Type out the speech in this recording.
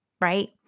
right